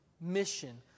mission